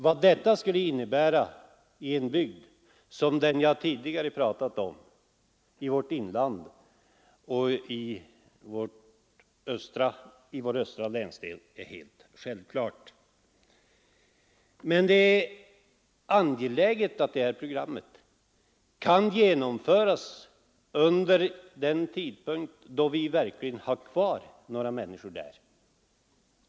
Vad detta skulle innebära för den bygd som jag tidigare pratade om, Norrbottens inland och dess östra länsdel, är självklart. Men det är angeläget att det här programmet kan genomföras under en tid då vi har kvar några människor där.